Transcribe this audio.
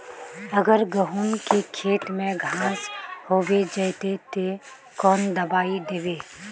अगर गहुम के खेत में घांस होबे जयते ते कौन दबाई दबे?